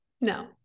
no